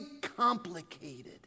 complicated